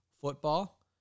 football